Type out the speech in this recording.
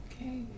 Okay